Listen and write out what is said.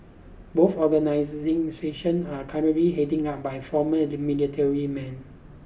both organisation are currently heading up by former military men